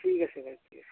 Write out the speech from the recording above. ঠিক আছে দে ঠিক আছে